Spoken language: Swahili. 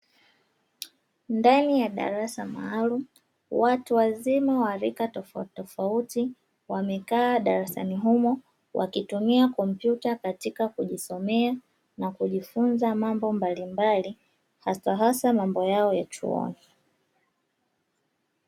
Ndani ya darasa maalumu, watu wazima wa rika tofauti wamekaa darasani humo, wakitumia kompyuta katika kujisomea na kujifunza, mambo mbalimbali hasa mambo ya chuoni.